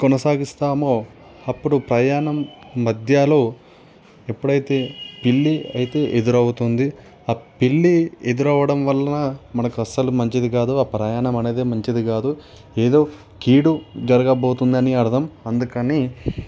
కొనసాగిస్తామో అప్పుడు ప్రయాణం మధ్యలో ఎప్పుడైతే పిల్లి అయితే ఎదురవుతుంది ఆ పిల్లి ఎదురవ్వడం వలన మనకు అస్సలు మంచిది కాదు ఆ ప్రయాణం అనేదే మంచిది కాదు ఏదో కీడు జరగబోతుందని అర్థం అందుకని